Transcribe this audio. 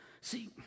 See